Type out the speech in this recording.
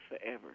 forever